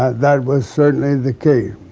that was certainly the key.